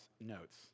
notes